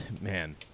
man